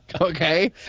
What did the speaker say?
Okay